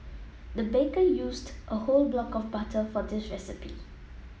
the baker used a whole block of butter for this recipe